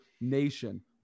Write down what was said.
nation